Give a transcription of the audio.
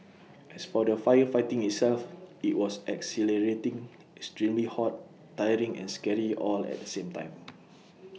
as for the firefighting itself IT was exhilarating extremely hot tiring and scary all at the same time